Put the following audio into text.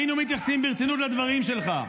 היינו מתייחסים ברצינות לדברים שלך,